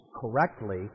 correctly